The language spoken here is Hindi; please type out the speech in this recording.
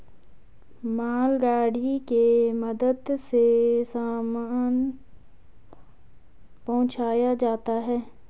मालगाड़ी के मदद से सामान पहुंचाया जाता है